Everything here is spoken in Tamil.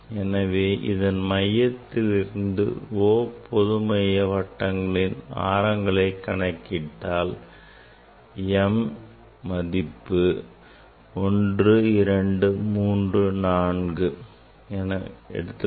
எனவே இதன் மையத்திலிருந்து o பொதுமைய வட்டங்களின் ஆரங்களை கணக்கிட்டால் m is 1 2 3 4